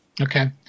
okay